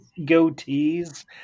goatees